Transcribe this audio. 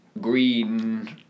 green